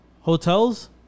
hotels